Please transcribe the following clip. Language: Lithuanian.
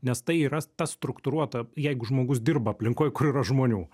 nes tai yra ta struktūruota jeigu žmogus dirba aplinkoj kur yra žmonių